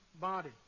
body